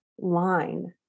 line